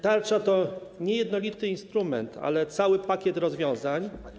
Tarcza to nie jest jednolity instrument, ale cały pakiet rozwiązań.